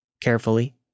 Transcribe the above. Carefully